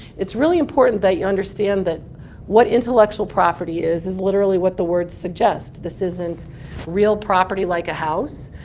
it's really important that you understand that what intellectual property is, is literally what the word suggests. this isn't real property like a house.